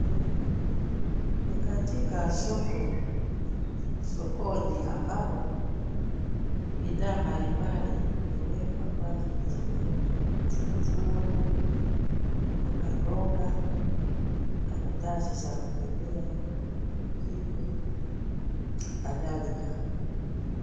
Ni katika soko, sokoni ambapo bidhaa mbalimbali zimewekwa kwa ajili ya mauzo. Nguo, mbogamboga, karatasi za kubebea mizigo na kadhalika.